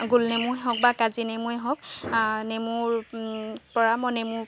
গোল নেমুৱে হওক বা কাজি নেমুৱে হওক নেমুৰ পৰা মই নেমু